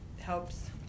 Helps